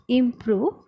improve